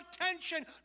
attention